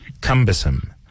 cumbersome